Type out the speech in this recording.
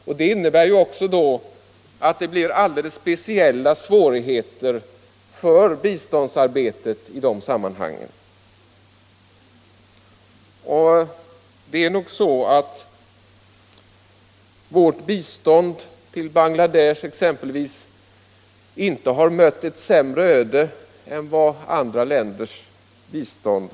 Och det är därför det uppstår alldeles speciella svårigheter för biståndsarbetet. Men vårt bistånd t.ex. till Bangladesh har inte mött ett sämre öde än andra länders bistånd.